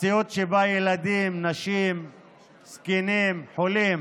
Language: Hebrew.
המציאות שבה ילדים, נשים, זקנים, חולים,